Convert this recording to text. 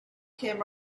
came